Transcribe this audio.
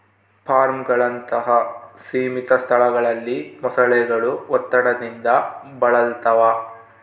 ಫಾರ್ಮ್ಗಳಂತಹ ಸೀಮಿತ ಸ್ಥಳಗಳಲ್ಲಿ ಮೊಸಳೆಗಳು ಒತ್ತಡದಿಂದ ಬಳಲ್ತವ